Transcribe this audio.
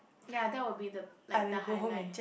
ya that will be the like the highlight